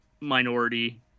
minority